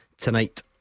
Tonight